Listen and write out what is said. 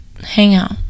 hangout